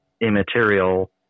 immaterial